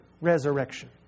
resurrection